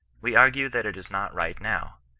we argue that it is not right now.